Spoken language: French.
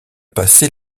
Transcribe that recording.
passé